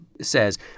says